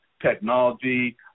Technology